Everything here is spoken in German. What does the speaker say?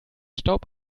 staub